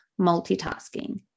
multitasking